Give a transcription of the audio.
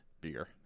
beer